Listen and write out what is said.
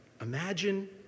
Imagine